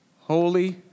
Holy